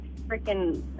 freaking